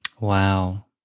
Wow